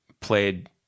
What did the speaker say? played